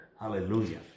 Hallelujah